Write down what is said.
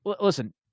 Listen